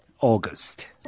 August